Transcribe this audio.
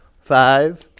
Five